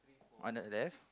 Arnold left